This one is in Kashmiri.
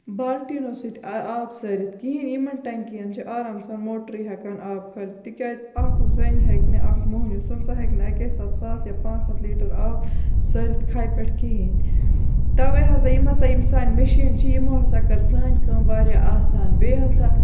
بالٹیٖنَو سۭتۍ آب سٲرِتھ کِہینۍ یِمن ٹینکِین چھِ آرام سان موٹرٕے ہیٚکان آب کھٲلِتھ تِکیازِ اکھ زٔنۍ ہیٚکہِ نہٕ اکھ مہنیو سُنٛد سُہ ہیٚکہِ نہٕ اَکے ساتہٕ ساس یا پانژھ ہَتھ لیٖٹر آب سٲرِتھ خَیہِ پٮ۪ٹھ کِہیٖنۍ تَوے ہسا یِم ہسا یِم ہسا سانہِ میشنہٕ چھِ یِمَو ہسا کٔر سٲنۍ کٲم واریاہ آسان بیٚیہِ ہسا